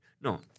No